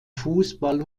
fußball